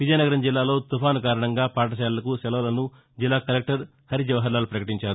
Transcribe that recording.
విజయనగరం జిల్లాలో తుఫాను కారణంగా పాఠశాలలకు సెలవులను జిల్లా కలెక్టర్ హరి జవహర్ లాల్ పకటించారు